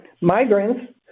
migrants